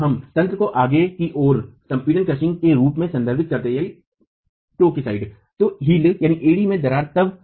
तो हम तंत्र को आगे की ओर संपीडन के रूप में संदर्भित करते हैं लेकिन ऐसा क्या होता है कि उपयुक्तता स्तिथि एड़ी की दरार है